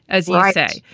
as yeah i say,